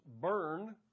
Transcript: burn